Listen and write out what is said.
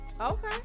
Okay